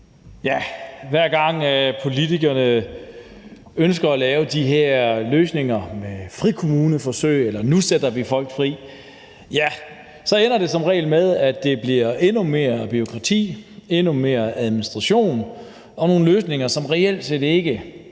Hver gang politikerne ønsker at lave de her løsninger med frikommuneforsøg, eller hvor man siger, at nu sætter vi folk fri, ender det som regel med, at det bliver endnu mere bureaukrati, endnu mere administration og nogle løsninger, som reelt set ikke